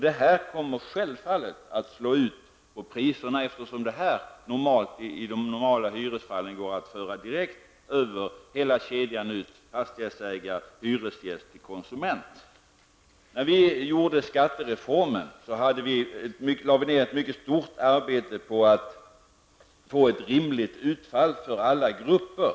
Det kommer självfallet att slå på priserna, eftersom detta i de normala hyresfallen går att direkt föra hela kedjan ut; fastighetsägare, hyresgäst, konsument. När vi utarbetade skattereformen lade vi ned ett mycket stort arbete på att få ett rimligt utfall för alla grupper.